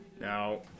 now